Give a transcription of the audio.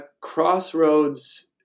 crossroads